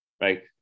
right